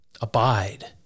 abide